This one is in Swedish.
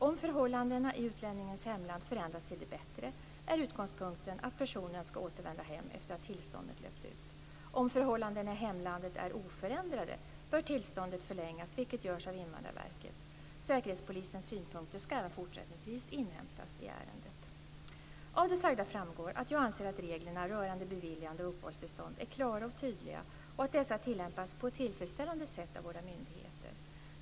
Om förhållandena i utlänningens hemland förändras till det bättre är utgångspunkten att personen ska återvända hem efter att tillståndet löpt ut. Om förhållandena i hemlandet är oförändrade bör tillståndet förlängas, vilket görs av Invandrarverket. Säkerhetspolisens synpunkter ska även fortsättningsvis inhämtas i ärendet. Av det sagda framgår att jag anser att reglerna rörande beviljande av uppehållstillstånd är klara och tydliga och att dessa tillämpas på ett tillfredsställande sätt av våra myndigheter.